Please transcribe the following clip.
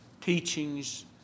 teachings